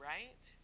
Right